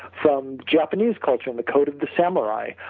from japanese culture in the code of the samurai.